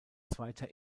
zweiter